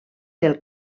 del